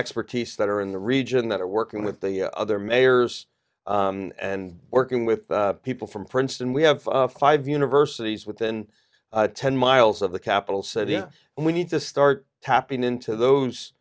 expertise that are in the region that are working with the other mayors and working with people from princeton we have five universities within ten miles of the capitol said yeah we need to start tapping into those